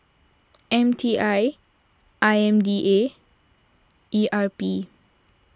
M T I I M D A E R P